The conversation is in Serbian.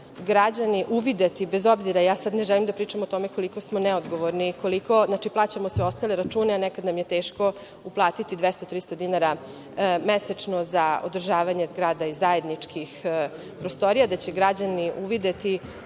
građani uvideti, bez obzira, ne želim sada da pričam o tome koliko smo neodgovorni, koliko plaćamo sve ostale račune, a nekada nam je teško da platimo 200, 300 dinara mesečno za održavanje zgrada i zajedničkih prostorija, da će građani uvideti